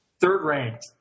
third-ranked